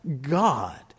God